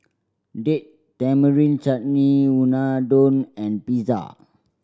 Date Tamarind Chutney Unadon and Pizza